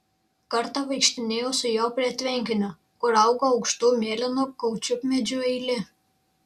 kartą vaikštinėjau su juo prie tvenkinio kur augo aukštų mėlynų kaučiukmedžių eilė